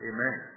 Amen